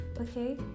okay